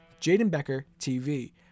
JadenBeckerTV